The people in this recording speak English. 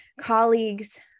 colleagues